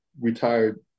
retired